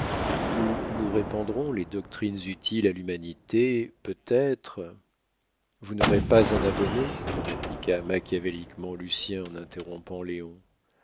où nous répandrons les doctrines utiles à l'humanité peut-être vous n'aurez pas un abonné répliqua machiavéliquement lucien en interrompant léon